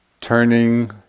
turning